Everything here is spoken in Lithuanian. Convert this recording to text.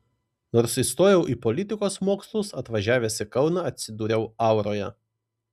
nors įstojau į politikos mokslus atvažiavęs į kauną atsidūriau auroje